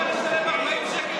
יצטרכו לשלם 40 שקל על בדיקה.